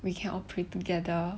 we can all pray together